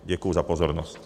Děkuji za pozornost.